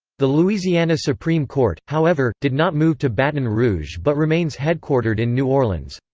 the louisiana supreme court, however, did not move to baton rouge but remains headquartered in new orleans.